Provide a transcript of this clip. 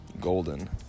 golden